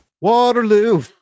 waterloo